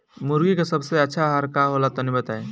मुर्गी के सबसे अच्छा आहार का होला तनी बताई?